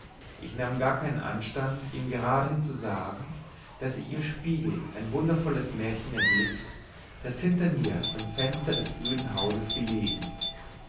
ich nahm gar keinen anstand ihm geradehin zu sagen daß ich im spiegel ein wundervolles mädchen erblickt das hinter mir im fenster des öden hauses gelegen